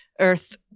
earth